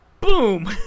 Boom